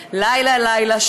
לילה-לילה,